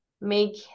make